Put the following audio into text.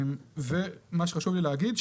ומה שחשוב לי להגיד,